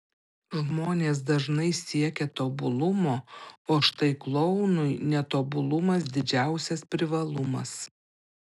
žmonės dažnai siekia tobulumo o štai klounui netobulumas didžiausias privalumas